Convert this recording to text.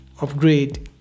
upgrade